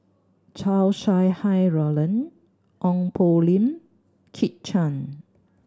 Chow Sau Hai Roland Ong Poh Lim Kit Chan